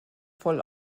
voll